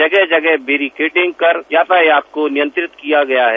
जगह जगह बैरीकेडिंग कर यातायात को नियंत्रित किया गया है